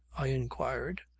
i inquired,